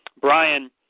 Brian